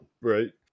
Right